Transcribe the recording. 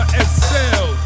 excel